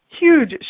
Huge